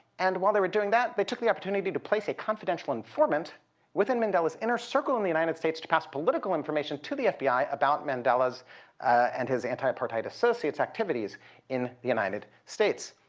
and while they were doing that, they took the opportunity to place a confidential informant within mandela's inner circle in the united states to pass political information to the fbi about mandela and his anti-apartheid associates activities in the united states.